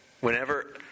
Whenever